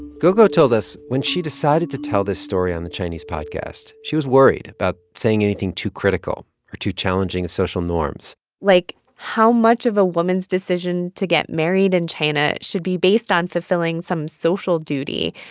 gougou told us, when she decided to tell this story on the chinese podcast, she was worried about saying anything too critical or too challenging of social norms like, how much of a woman's decision to get married in china should be based on fulfilling some social duty?